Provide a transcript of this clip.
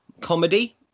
comedy